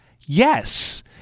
Yes